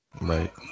Right